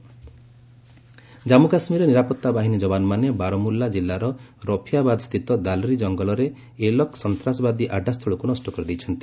JK terror Jammu କାଶ୍ମୀରରେ ନିରାପତ୍ତା ବାହିନୀ ଯବାନମାନେ ବାରମୁଲ୍ଲା କିଲ୍ଲାର ରଫିଆବାଦସ୍ତିତ ଦାଲରି ଜଙ୍ଗଲରେ ଏଲକ ସନ୍ତାସବାଦୀ ଆଡ଼୍ରାସ୍ଥଳକ୍ ନଷ୍ଟ କରିଦେଇଛନ୍ତି